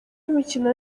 imikino